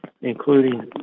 including